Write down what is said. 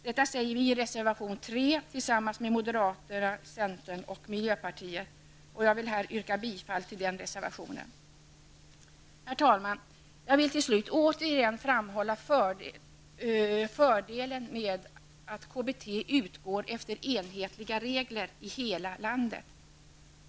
Detta säger vi i reservation 3 tillsammans med moderaterna, centern och miljöpartiet. Jag vill här yrka bifall till den reservationen. Herr talman! Jag vill till slut återigen framhålla fördelen med att KBT utgår efter enhetliga regler i hela landet.